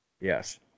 Yes